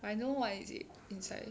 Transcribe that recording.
I know what is it inside